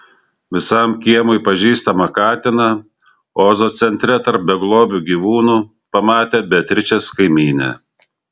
visam kiemui pažįstamą katiną ozo centre tarp beglobių gyvūnų pamatė beatričės kaimynė